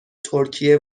ترکیه